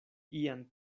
ian